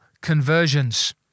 conversions